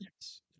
Yes